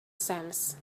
sands